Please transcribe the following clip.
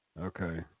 Okay